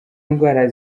ndwara